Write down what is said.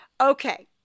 Okay